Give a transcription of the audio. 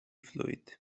fluid